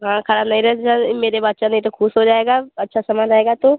हाँ खराब नहीं रहना मेरे बच्चा नहीं तो ख़ुश हो जाएगा अच्छा सामान आएगा तो